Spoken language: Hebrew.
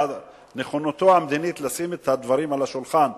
על נכונותו המדינית לשים את הדברים על השולחן,